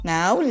Now